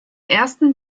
ersten